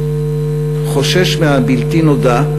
חושש מהבלתי נודע,